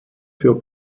für